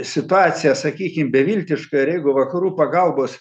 situacija sakykim beviltiška ir jeigu vakarų pagalbos